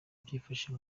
byifashe